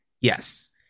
Yes